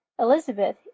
Elizabeth